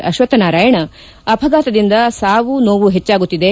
ಅಶ್ವತ್ಥನಾರಾಯಣ ಅಪಘಾತದಿಂದ ಸಾವು ನೋವು ಹೆಚ್ಚಾಗುತ್ತಿದೆ